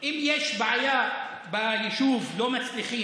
על חשבון הממשלה.